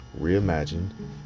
Reimagined